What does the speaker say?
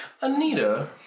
Anita